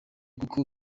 kuko